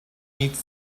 meets